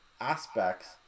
aspects